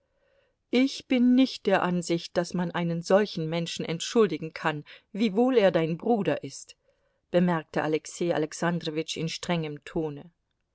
ich bin nicht der ansicht daß man einen solchen menschen entschuldigen kann wiewohl er dein bruder ist bemerkte alexei alexandrowitsch in strengem tone